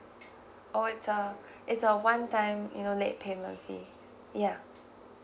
oh it's uh it's a one time you know late payment fee yeah